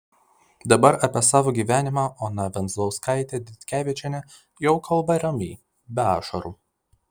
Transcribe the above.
dabar apie savo gyvenimą ona venzlauskaitė ditkevičienė jau kalba ramiai be ašarų